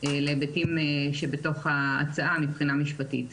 להיבטים שבתוך ההצעה מבחינה משפטית.